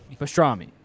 Pastrami